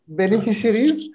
beneficiaries